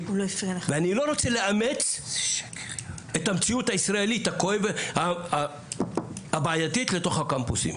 ואני לא רוצה לאמץ את המציאות הישראלית הבעייתית לתוך הקמפוסים.